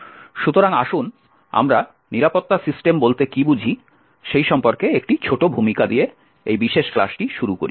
সুতরাং আসুন আমরা নিরাপত্তা সিস্টেম বলতে কি বুঝি সেই সম্পর্কে একটি ছোট ভূমিকা দিয়ে এই বিশেষ ক্লাসটি শুরু করি